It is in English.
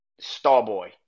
Starboy